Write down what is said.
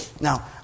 now